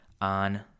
on